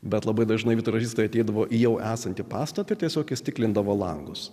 bet labai dažnai vitražistai ateidavo jau esantį pastate tiesiog įstiklindavo langus